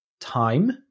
time